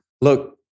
look